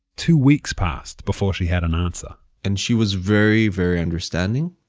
two weeks passed before she had an answer and she was very very understanding.